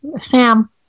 Sam